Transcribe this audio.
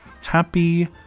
Happy